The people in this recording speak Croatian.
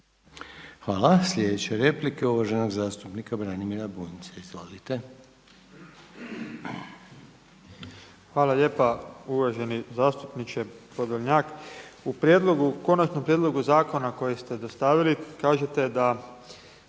Hvala. Sljedeća je replika uvaženog zastupnika Branimira Bunjca. Izvolite. **Bunjac, Branimir (Živi zid)** Hvala lijepa. Uvaženi zastupniče Podolnjak. U konačnom prijedlogu zakona kojeg ste dostavili kažete da